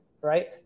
right